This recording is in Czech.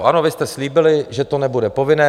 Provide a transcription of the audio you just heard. Ano, vy jste slíbili, že to nebude povinné.